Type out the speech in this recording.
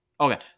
Okay